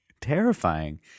terrifying